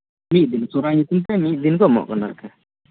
ᱢᱤᱫ ᱫᱤᱱ ᱥᱚᱨᱦᱟᱭ ᱧᱩᱛᱩᱢ ᱛᱮ ᱢᱤᱫ ᱫᱤᱱ ᱠᱚ ᱮᱢᱚᱜ ᱠᱟᱱᱟ ᱟᱨ